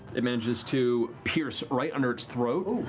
it manages to pierce right under its throat,